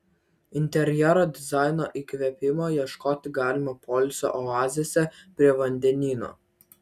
interjero dizaino įkvėpimo ieškoti galima poilsio oazėse prie vandenyno